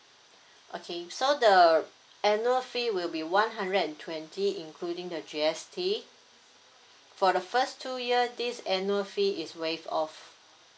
okay so the annual fee will be one hundred and twenty including the G_S_T for the first two years this annual fee is waive off